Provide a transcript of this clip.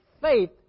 faith